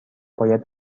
باید